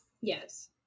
Yes